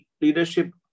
leadership